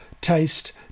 taste